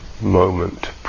moment